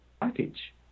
package